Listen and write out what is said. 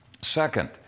Second